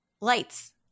lights